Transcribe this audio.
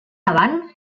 avant